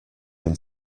him